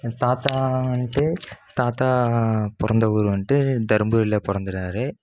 தாத்தா வந்துட்டு தாத்தா பிறந்த ஊர் வந்துட்டு தர்மபுரியில் பிறந்திருறாரு